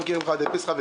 גם קמחא דפסחא,